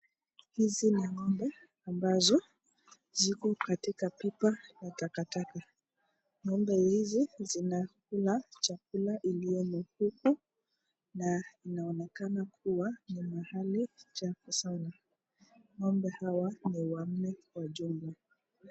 Hizi ni ngombe ambazo ziko katika pipa la takataka , ngombe hizi zina kula chakula iliyo huko na inaonekana kuwa ni mahali chafu sana. Ngombe hawa ni wanne kwa jumla.